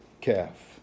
calf